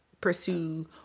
pursue